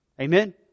Amen